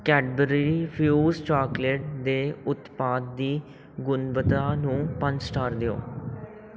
Cadbury Fuse chocolate ਦੇ ਉਤਪਾਦ ਦੀ ਗੁਣਵੱਤਾ ਨੂੰ ਪੰਜ ਸਟਾਰ ਦਿਓ